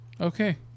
Okay